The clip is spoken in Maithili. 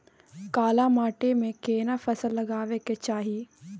काला माटी में केना फसल लगाबै के चाही?